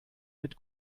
mit